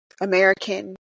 American